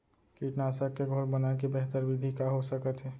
कीटनाशक के घोल बनाए के बेहतर विधि का हो सकत हे?